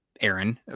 Aaron